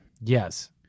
Yes